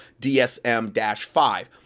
DSM-5